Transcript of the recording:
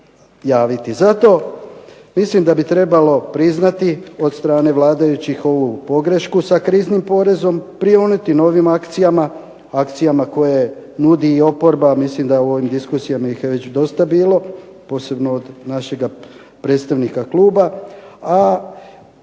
Zato mislim da bi trebalo priznati od strane vladajućih ovu pogrešku sa kriznim porezom, prionuti novim akcijama, akcijama koje nudi i oporba, mislim da u ovim diskusijama ih je već dosta bilo, posebno od našega predstavnika kluba, a